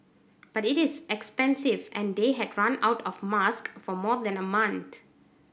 but it is expensive and they had run out of masks for more than a month